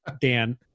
Dan